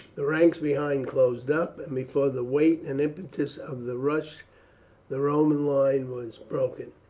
the ranks behind closed up, and before the weight and impetus of the rush the roman line was broken.